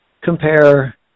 compare